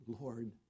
Lord